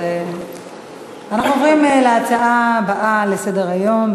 אנחנו עוברים להצעה הבאה לסדר-היום,